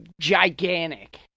gigantic